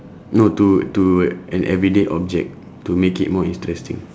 no to to an everyday object to make it more interesting